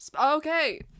Okay